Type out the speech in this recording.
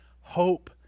hope